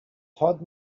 todd